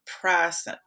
press